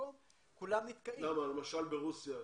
כמה זמן זה לוקח ברוסיה?